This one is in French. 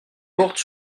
porte